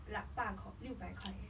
lah ba kor 六百块 eh